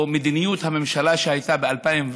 או למדיניות הממשלה שהייתה ב-2015,